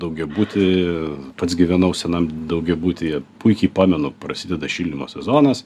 daugiabutį pats gyvenau senam daugiabutyje puikiai pamenu prasideda šildymo sezonas